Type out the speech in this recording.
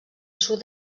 sud